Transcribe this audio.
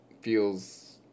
feels